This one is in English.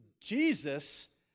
Jesus